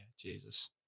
Jesus